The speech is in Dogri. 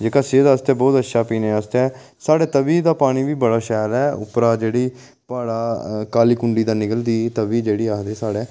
जेह्का सेह्त आस्तै बहुत अच्छा पीने आस्तै साढ़े तवी दा पानी बी बड़ा शैल ऐ उप्परा जेह्ड़ी प्हाड़ा काली कुंडी दा निकलदी तवी जेह्ड़ी आखदे साढ़े